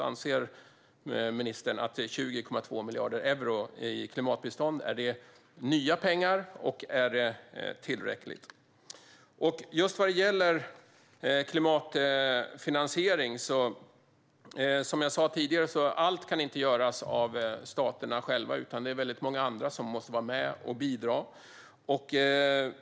Anser ministern att 20,2 miljarder euro i klimatbistånd är nya pengar, och är det tillräckligt? Vad gäller klimatfinansiering kan, som jag sa tidigare, inte allt göras av staterna själva, utan väldigt många andra måste vara med och bidra.